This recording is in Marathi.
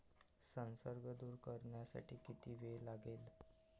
संसर्ग दूर करण्यासाठी किती वेळ लागेल?